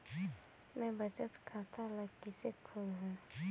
मैं बचत खाता ल किसे खोलूं?